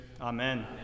Amen